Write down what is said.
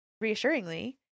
reassuringly